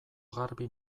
garbi